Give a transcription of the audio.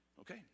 Okay